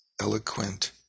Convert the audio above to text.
eloquent